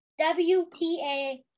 WTA